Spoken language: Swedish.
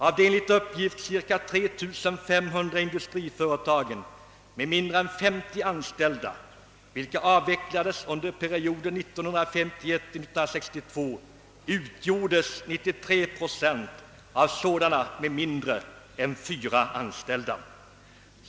Av de enligt uppgift cirka 3500 industriföretagen med mindre än 50 anställda, vilka avvecklades under perioden 1951—1962, utgjordes 93 procent av sådana med mindre än fyra anställda.